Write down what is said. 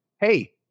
hey